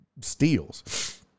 steals